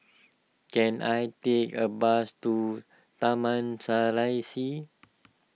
can I take a bus to Taman Serasi